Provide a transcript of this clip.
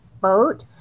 boat